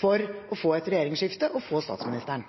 for å få et regjeringsskifte og få statsministeren?